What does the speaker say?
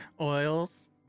oils